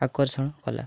ଆକର୍ଷଣ କଲା